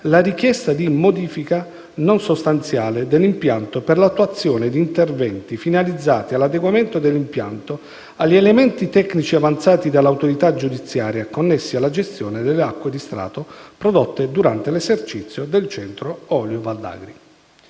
la richiesta di «modifica non sostanziale» dell'impianto per l'attuazione di interventi finalizzati all'adeguamento dell'impianto agli elementi tecnici avanzati dall'autorità giudiziaria connessi alla gestione delle acque di strato prodotte durante l'esercizio del Centro Olio Val d'Agri.